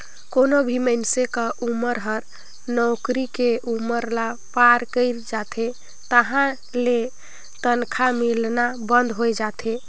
कोनो भी मइनसे क उमर हर नउकरी के उमर ल पार कइर जाथे तहां ले तनखा मिलना बंद होय जाथे